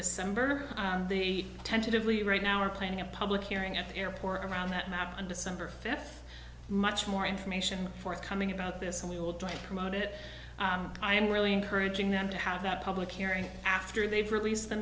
december the tentatively right now are planning a public hearing at the airport around that map and december fifth much more information forthcoming about this and we will try to promote it i am really encouraging them to have that public hearing after they've released the